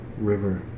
river